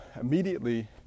immediately